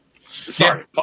Sorry